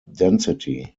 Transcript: density